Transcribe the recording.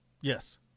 yes